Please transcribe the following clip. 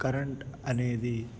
current అనేది